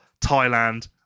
thailand